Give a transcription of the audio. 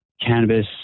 cannabis